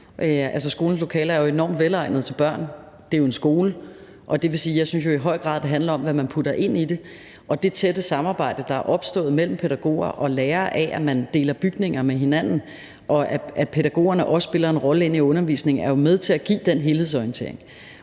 skolens lokaler er jo enormt velegnet til børn – det er jo en skole. Det vil sige, at jeg jo i høj grad synes, at det handler om, hvad man putter ind i det. Det tætte samarbejde, der er opstået mellem pædagoger og lærere ved, at man deler bygninger med hinanden, og at pædagogen også spiller en rolle ind i undervisningen, er jo med til at give den helhedsorientering.